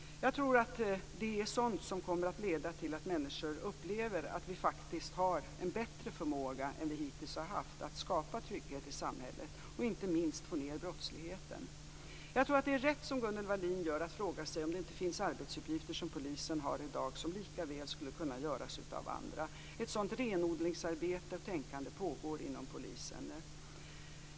Jag tror att det är sådant som kommer att leda till att människor upplever att vi faktiskt har en bättre förmåga än vi hittills har haft att skapa trygghet i samhället och inte minst få ned brottsligheten. Jag tror att det är rätt att som Gunnel Wallin gör fråga sig om det inte finns arbetsuppgifter som polisen har i dag som likaväl skulle kunna göras av andra. Ett sådant renodlingsarbete och renodlingstänkande pågår inom polisen.